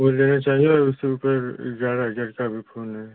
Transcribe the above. वो लेना चाहेंगे उससे ऊपर ग्यारह हजार का भी फोन है